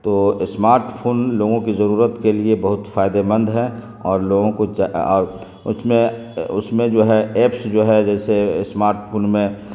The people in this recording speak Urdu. تو اسمارٹ فون لوگوں کی ضرورت کے لیے بہت فائدہ مند ہے اور لوگوں کو اور اس میں اس میں جو ہے ایپس جو ہے جیسے اسمارٹ فون میں